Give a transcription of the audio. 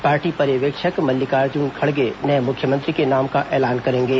party पर्यवेक्षक मल्लिकार्जन खड़गे नए मुख्यमंत्री के नाम का ऐलान करेंगे